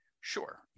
Sure